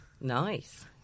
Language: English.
Nice